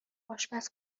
آشپز